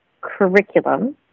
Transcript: curriculum